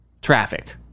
traffic